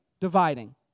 dividing